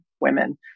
women